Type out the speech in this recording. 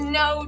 no